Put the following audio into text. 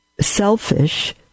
selfish